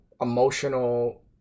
emotional